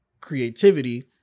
creativity